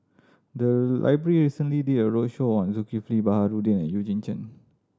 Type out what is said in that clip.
the library recently did a roadshow on Zulkifli Baharudin and Eugene Chen